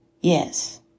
Yes